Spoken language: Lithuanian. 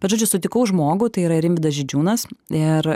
bet žodžiu sutikau žmogų tai yra rimvydas židžiūnas ir